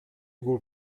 would